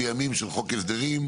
אנחנו נמצאים בימים של חוק הסדרים.